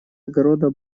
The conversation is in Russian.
огорода